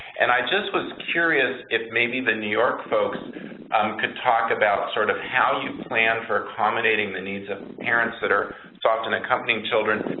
and i just was curious if maybe the new york folks could talk about sort of how you plan for accommodating the needs of parents that are so often accompanying children.